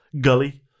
Gully